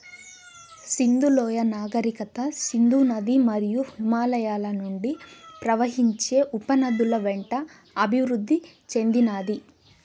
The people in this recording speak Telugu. సింధు లోయ నాగరికత సింధు నది మరియు హిమాలయాల నుండి ప్రవహించే ఉపనదుల వెంట అభివృద్ది చెందినాది